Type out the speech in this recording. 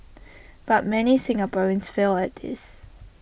but many Singaporeans fail at this